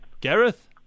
Gareth